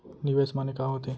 निवेश माने का होथे?